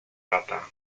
gata